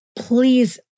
Please